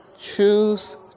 Choose